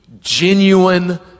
genuine